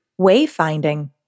wayfinding